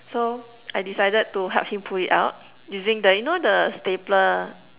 so I decided to help him pull it out using the you know the stapler